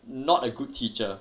not a good teacher